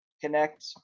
connect